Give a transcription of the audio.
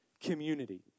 community